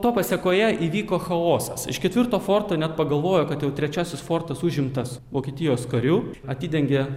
to pasekoje įvyko chaosas iš ketvirto forto net pagalvojo kad jau trečiasis fortas užimtas vokietijos karių atidengė